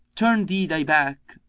turn thee thy back,